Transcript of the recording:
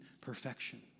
perfection